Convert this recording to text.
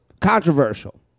Controversial